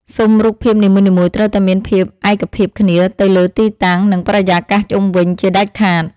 ស៊ុមរូបភាពនីមួយៗត្រូវតែមានភាពឯកភាពគ្នាទៅលើទីតាំង និង បរិយាកាសជុំវិញជាដាច់ខាត។